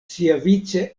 siavice